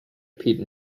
pete